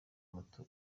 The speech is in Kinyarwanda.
moto